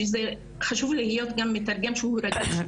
שחשוב שיהיה מתורגמן שהוא רגיש,